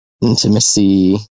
intimacy